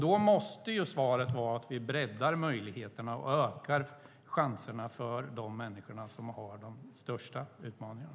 Då måste svaret vara att vi breddar möjligheterna och ökar chanserna för de människor som har de största utmaningarna.